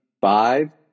five